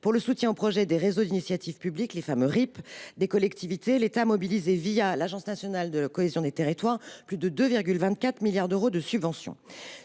Pour le soutien aux projets de réseaux d’initiative publique (RIP) des collectivités, l’État a mobilisé, l’Agence nationale de la cohésion des territoires (ANCT), plus de 2,24 milliards d’euros de subventions.